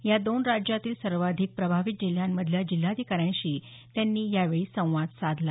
या दोन राज्यांतील सर्वाधिक प्रभावित जिल्ह्यांतल्या जिल्हाधिकाऱ्यांशी त्यांनी यावेळी संवाद साधला